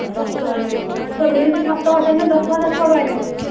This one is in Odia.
ଦଶହଜାର ତତେ ତ ମିଳୁଛି ସାତହଜାର ନା ଦଶହଜାର କୁଆଡ଼ୁ ଆଇଲାଣି ପୁଣି